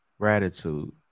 gratitude